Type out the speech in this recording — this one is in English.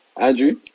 Andrew